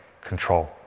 control